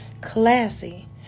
classy